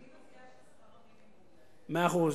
אני מציעה ששכר המינימום יעלה, מאה אחוז.